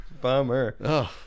Bummer